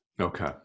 Okay